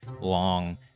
long